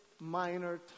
Minor